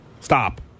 Stop